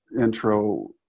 intro